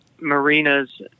marinas